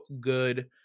good